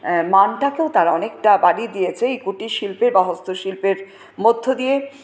মানটাকেও তারা অনেকটা বাড়িয়ে দিয়েছে এই কুটির শিল্পের বা হস্ত শিল্পের মধ্য দিয়ে